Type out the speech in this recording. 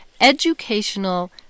educational